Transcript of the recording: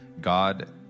God